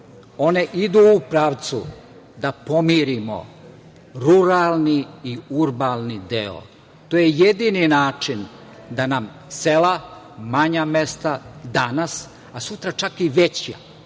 one idu u pravcu da pomirimo ruralni i urbani deo. To je jedini način da nam sela, manja mesta danas, a sutra čak i veća,